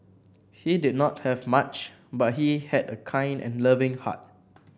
he did not have much but he had a kind and loving heart